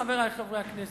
חברי חברי הכנסת,